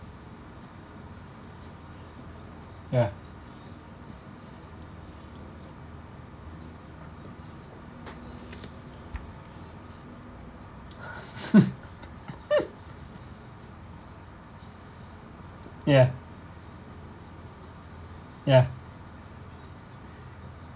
ya ya ya